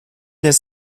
des